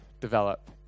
develop